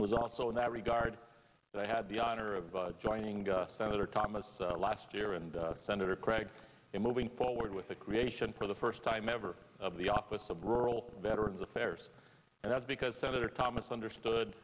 was also in that regard i had the honor of joining senator thomas last year and senator craig moving forward with the creation for the first time ever of the office of rural veterans affairs and that's because senator thomas understood